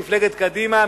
מפלגת קדימה,